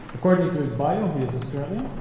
according to his bio, he's australian